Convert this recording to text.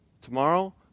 tomorrow